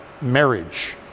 marriage